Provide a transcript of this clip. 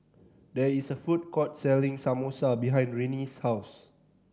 there is a food court selling Samosa behind Renee's house